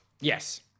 yes